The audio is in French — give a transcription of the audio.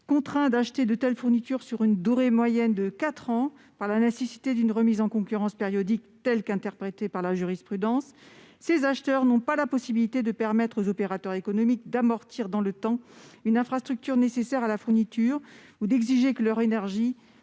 contraints d'acheter de telles fournitures sur une durée moyenne de 4 ans par la nécessité d'une remise en concurrence périodiques telle qu'interprétée par la jurisprudence ces acheteurs n'ont pas la possibilité de permettre aux opérateurs économiques d'amortir dans le temps une infrastructure nécessaire à la fourniture ou d'exiger que leur énergie